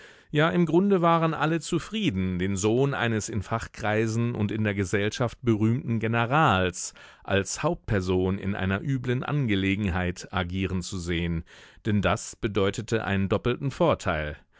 ja im grunde waren alle zufrieden den sohn eines in fachkreisen und in der gesellschaft berühmten generals als hauptperson in einer üblen angelegenheit agieren zu sehen denn das bedeutete einen doppelten vorteil